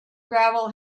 gravel